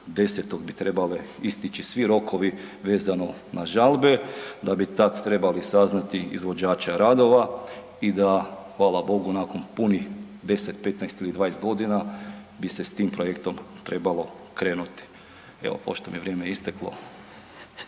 14.10. bi trebali isteći svi rokovi vezano na žalbe, da bi tad trebali saznati izvođače radova i da hvala Bogu nakon punih 10, 15 ili 20.g. bi se s tim projektom trebalo krenuti. Evo, pošto mi je vrijeme isteklo.